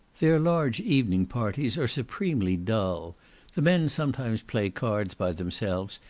their large evening parties are supremely dull the men sometimes play cards by themselves,